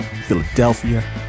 Philadelphia